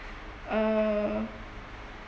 uh